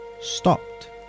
stopped